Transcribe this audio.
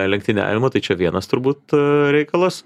lenktyniavimo tai čia vienas turbūt reikalas